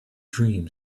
dream